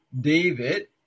David